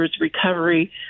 recovery